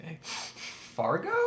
Fargo